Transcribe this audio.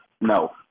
no